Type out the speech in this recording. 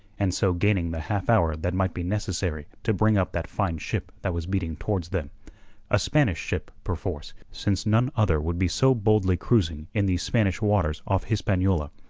and so gaining the half-hour that might be necessary to bring up that fine ship that was beating towards them a spanish ship, perforce, since none other would be so boldly cruising in these spanish waters off hispaniola.